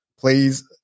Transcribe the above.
Please